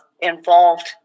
involved